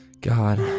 God